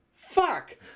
fuck